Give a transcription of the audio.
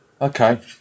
Okay